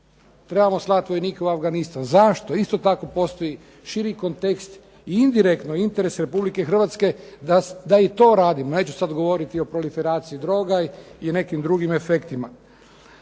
Trebamo slati vojnike u Afganistan. Zašto? Isto tako postoji širi kontekst i indirektno interes Republike Hrvatske da i to radim, neću sada govoriti o proliferaciji droga i o nekim drugim efektima.